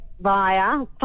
via